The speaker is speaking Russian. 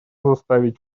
заставить